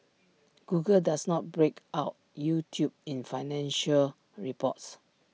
Google does not break out YouTube in financial reports